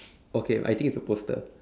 okay I think it's a poster